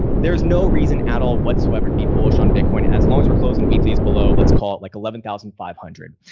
there is no reason at all whatsoever to be bullish on bitcoin. as long as we're closing weeklies below, let's call it like eleven thousand five hundred